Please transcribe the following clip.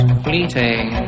fleeting